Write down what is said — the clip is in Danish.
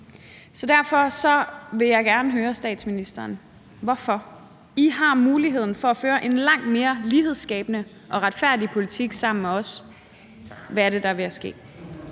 Derfor vil jeg gerne høre statsministeren om hvorfor. I har muligheden for at føre en langt mere lighedsskabende og retfærdig politik sammen med os, så hvad er det, der er ved